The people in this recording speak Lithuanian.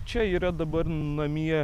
čia yra dabar namie